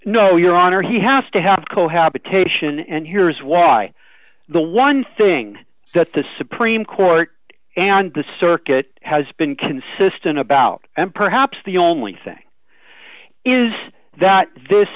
no your honor he has to have cohabitation and here's why the one thing that the supreme court and the circuit has been consistent about and perhaps the only thing is that this